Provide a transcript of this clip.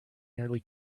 nearly